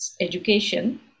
education